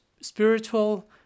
spiritual